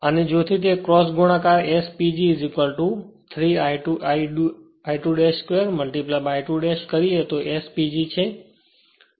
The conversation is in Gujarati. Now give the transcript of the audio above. અને તેથી જો ક્રોસ ગુણાકાર S PG 3 I2 2 I2 કરીએ તો S PG છે